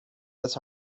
this